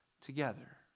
together